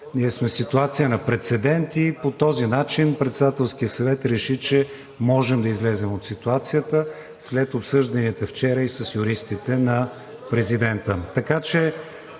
Ние сме в ситуация на прецедент и по този начин Председателският съвет реши, че можем да излезем от ситуацията след обсъжданията вчера и с юристите на президента.